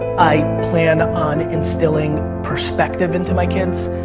i plan on instilling perspective into my kids.